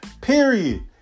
period